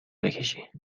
بکشی